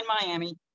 Miami